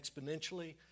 exponentially